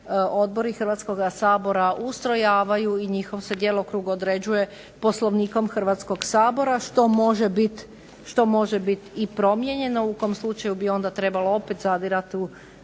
odbori Hrvatskoga sabora ustrojavaju i njihov se djelokrug određuje Poslovnikom Hrvatskog sabora što može bit i promijenjeno u kom slučaju bi onda trebalo opet zadirati u